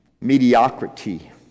mediocrity